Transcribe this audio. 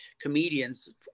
comedians